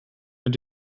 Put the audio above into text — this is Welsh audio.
ond